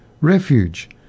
refuge